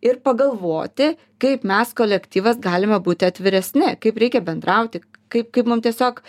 ir pagalvoti kaip mes kolektyvas galime būti atviresni kaip reikia bendrauti kaip kaip mum tiesiog